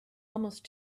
almost